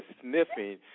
sniffing